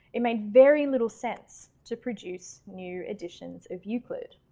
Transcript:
it made very little sense to produce new editions of euclid.